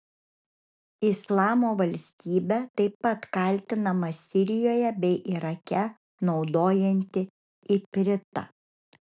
islamo valstybė taip pat kaltinama sirijoje bei irake naudojanti ipritą